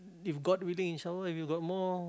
if god willing if some more if you got more